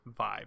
vibe